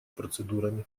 процедурами